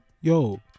Yo